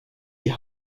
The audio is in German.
die